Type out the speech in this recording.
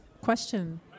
question